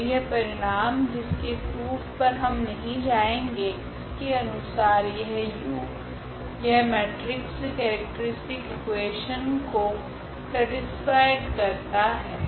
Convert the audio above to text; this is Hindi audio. ओर यह परिणाम जिसके प्रूफ पर हम नहीं जाएगे इसके अनुसार यह u यह मेट्रिक्स केरेक्ट्रीस्टिक इकुवेशन को सेटीस्फाइ करता है